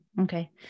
Okay